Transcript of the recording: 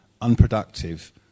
unproductive